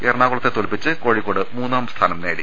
എറണാകുളത്തെ തോൽപ്പിച്ച് കോഴിക്കോട് മൂന്നാം സ്ഥാനം നേടി